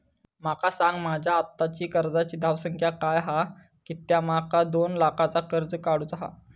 माका सांगा माझी आत्ताची कर्जाची धावसंख्या काय हा कित्या माका दोन लाखाचा कर्ज काढू चा हा?